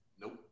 Nope